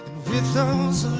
with those